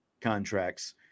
contracts